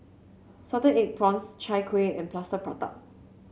Salted Egg Prawns Chai Kueh and Plaster Prata